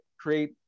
create